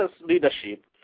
leadership